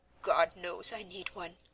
god knows i need one!